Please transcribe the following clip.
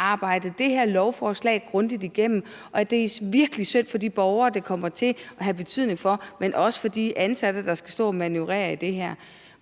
arbejdet det her lovforslag grundigt igennem. Og det er virkelig synd for de borgere, det kommer til at have betydning for, men også for de ansatte, der skal stå og manøvrere i det her.